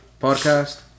podcast